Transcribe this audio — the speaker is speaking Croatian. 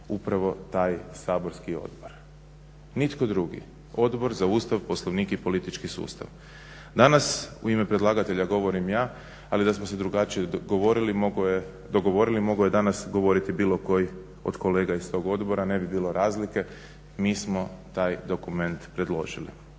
upravo taj saborski odbor i nitko drugi. Odbor za Ustav, Poslovnik i politički sustav. Danas u ime predlagatelja govorim ja, ali da smo se drugačije dogovorili mogao je danas govoriti bilo koji od kolega iz tog odbora, ne bi bilo razlike. Mi smo taj dokument predložili.